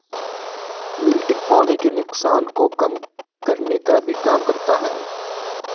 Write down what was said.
wilting पानी के नुकसान को कम करने का भी काम करता है